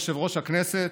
אדוני יושב-ראש הכנסת,